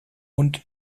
hund